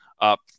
up